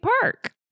Park